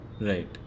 right